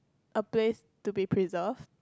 a place to be preserved